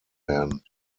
werden